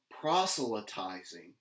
proselytizing